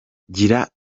gira